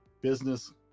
business